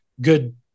good